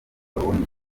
babonye